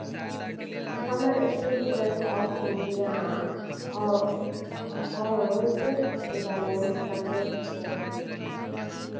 हमर State Bank of India अ account balance कतेक छै